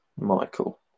Michael